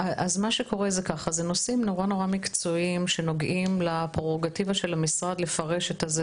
זה נושאים נורא מקצועיים שנוגעים לפררוגטיבה של המשרד לפרש את זה.